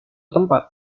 tempat